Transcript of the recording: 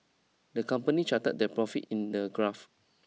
the company charted their profits in the graph